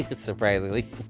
surprisingly